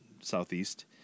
southeast